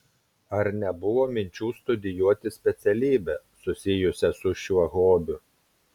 ar nebuvo minčių studijuoti specialybę susijusią su šiuo hobiu